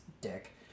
dick